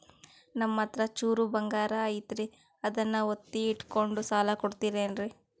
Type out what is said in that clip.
ನಮ್ಮಹತ್ರ ಚೂರು ಬಂಗಾರ ಐತಿ ಅದನ್ನ ಒತ್ತಿ ಇಟ್ಕೊಂಡು ಸಾಲ ಕೊಡ್ತಿರೇನ್ರಿ?